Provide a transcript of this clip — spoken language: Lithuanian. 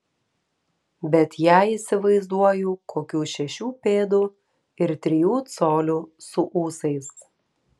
bet ją įsivaizduoju kokių šešių pėdų ir trijų colių su ūsais